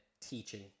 teaching